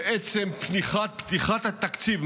ועצם פתיחת התקציב,